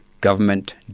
government